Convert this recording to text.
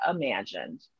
imagined